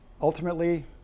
Ultimately